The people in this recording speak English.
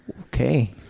okay